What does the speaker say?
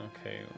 Okay